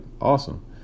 awesome